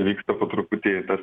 vyksta po truputį tas